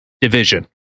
division